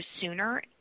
sooner